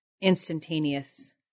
instantaneous